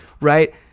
right